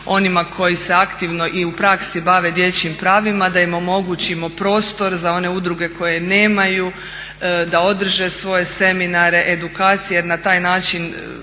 onima koji se aktivno i u praksi bave dječjim pravima da im omogućimo prostor za one udruge koje nemaju da održe svoje seminare, edukacije jer na taj način